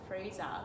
freezer